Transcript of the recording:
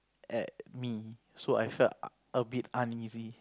at me so I felt a bit uneasy